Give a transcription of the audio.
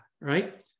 right